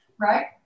Right